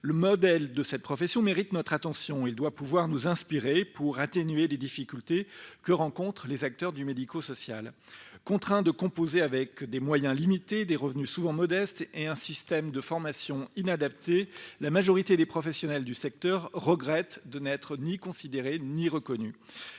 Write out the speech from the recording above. Le modèle de cette profession mérite notre attention : il peut nous inspirer si l'on veut atténuer les difficultés que rencontrent des acteurs du secteur médico-social. Contraints de composer avec des moyens limités, des revenus souvent modestes et un système de formation inadapté, la majorité des professionnels du secteur regrettent de n'être ni considérés ni reconnus.